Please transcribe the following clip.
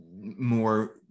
more